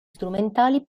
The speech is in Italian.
strumentali